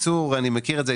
בקיצור, אני מכיר את זה.